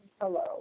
hello